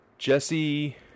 Jesse